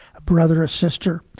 a brother, a sister,